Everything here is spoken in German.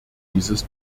dieses